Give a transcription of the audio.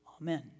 Amen